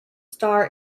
star